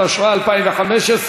התשע"ה 2015,